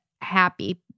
happy